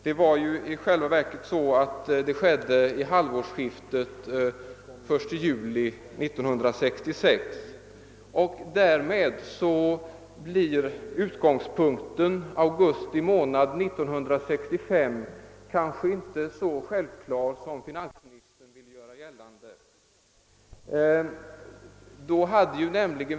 Den trädde i själva verket i kraft vid halvårsskiftet, den 1 juli 1966, och därmed blir augusti månad 1965 inte en så självklar utgångspunkt som finansministern ville göra gällande.